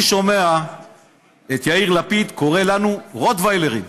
אני שומע את יאיר לפיד קורא לנו רוטוויילרים.